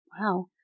Wow